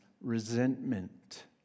resentment